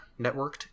networked